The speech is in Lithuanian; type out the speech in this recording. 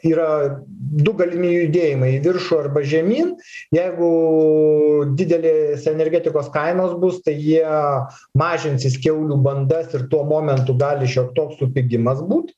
yra du galimi judėjimai į viršų arba žemyn jeigu didelės energetikos kainos bus tai jie mažinsis kiaulių bandas ir tuo momentu gali šiok toks supigimas būt